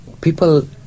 people